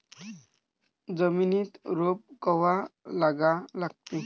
जमिनीत रोप कवा लागा लागते?